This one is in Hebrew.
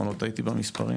אם לא טעיתי במספרים,